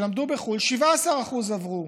שלמדו בחו"ל, 17% עברו.